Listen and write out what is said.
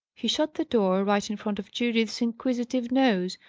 he shut the door, right in front of judith's inquisitive nose,